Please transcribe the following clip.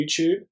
YouTube